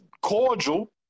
cordial